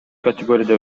категорияда